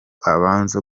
abanza